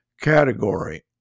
category